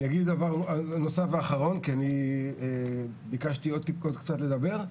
אני אגיד דבר נוסף ואחרון, ביקשתי עוד קצת לדבר.